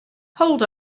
hold